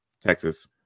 Texas